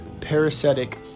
parasitic